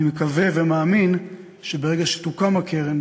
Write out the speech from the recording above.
אני מקווה ומאמין שברגע שתוקם הקרן,